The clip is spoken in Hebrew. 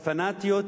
הפנאטיות,